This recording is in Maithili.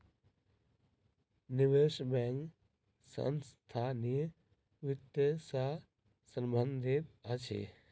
निवेश बैंक संस्थानीय वित्त सॅ संबंधित अछि